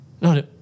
No